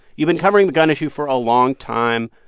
you've been covering the gun issue for a long time.